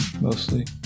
mostly